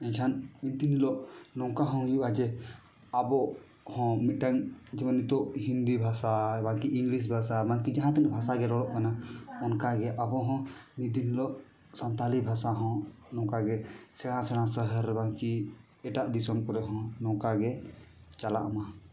ᱮᱱᱠᱷᱟᱱ ᱢᱤᱫ ᱫᱤᱱ ᱦᱤᱞᱳᱜ ᱱᱚᱝᱠᱟ ᱦᱚᱸ ᱦᱩᱭᱩᱜᱼᱟ ᱡᱮ ᱟᱵᱚ ᱠᱚᱦᱚᱸ ᱢᱤᱫᱴᱟᱝ ᱡᱮᱢᱚᱱ ᱱᱤᱛᱚᱜ ᱦᱤᱱᱫᱤ ᱵᱷᱟᱥᱟ ᱵᱟ ᱤᱝᱞᱤᱥ ᱵᱷᱟᱥᱟ ᱠᱤ ᱡᱟᱦᱟᱸ ᱛᱤᱱᱟᱹᱜ ᱵᱷᱟᱥᱟᱜᱮ ᱨᱚᱲᱚᱜ ᱠᱟᱱᱟ ᱚᱱᱠᱟᱜᱮ ᱟᱵᱚᱦᱚᱸ ᱢᱤᱫ ᱫᱤᱱ ᱦᱤᱞᱳᱜ ᱥᱟᱱᱛᱟᱞᱤ ᱵᱷᱟᱥᱟ ᱦᱚᱸ ᱱᱚᱝᱠᱟᱜᱮ ᱥᱮᱬᱟ ᱥᱮᱬᱟ ᱥᱚᱦᱚᱨ ᱨᱮ ᱵᱟᱝᱠᱤ ᱮᱴᱟᱜ ᱫᱤᱥᱚᱢ ᱠᱚᱨᱮᱦᱚᱸ ᱱᱚᱝᱠᱟᱜᱮ ᱪᱟᱞᱟᱜᱼᱢᱟ